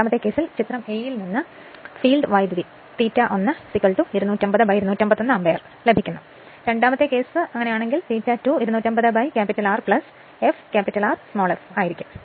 രണ്ടാമത്തെ കേസിൽ ചിത്രത്തിൽ a യിൽ നിന്ന് ഫീൽഡ് കറന്റ് ∅1 250 251 ആമ്പിയർ ലഭിക്കുന്നു എന്നാൽ രണ്ടാമത്തെ കേസ് ∅2 250 R f Rf ആയിരിക്കും